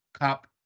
cup